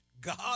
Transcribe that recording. God